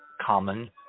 common